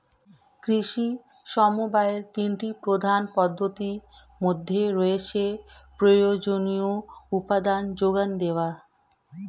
কৃষি সমবায়ের তিনটি প্রধান পদ্ধতির মধ্যে রয়েছে প্রয়োজনীয় উপাদানের জোগান দেওয়া